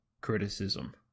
criticism